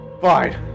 Fine